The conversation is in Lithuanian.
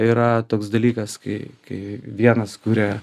yra toks dalykas kai kai vienas kuria